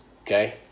okay